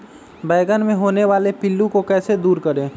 बैंगन मे होने वाले पिल्लू को कैसे दूर करें?